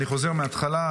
אני חוזר מההתחלה,